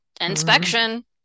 inspection